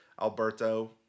Alberto